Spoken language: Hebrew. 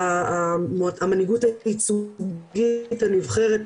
המנהיגות הייצוגית הנבחרת,